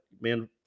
man